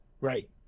Right